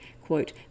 quote